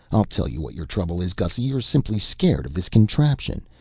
i'll tell you what your trouble is, gussy. you're simply scared of this contraption.